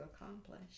accomplish